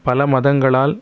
பல மதங்களால்